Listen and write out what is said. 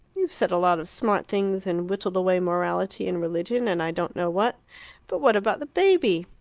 you've said a lot of smart things and whittled away morality and religion and i don't know what but what about the baby?